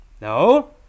No